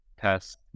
test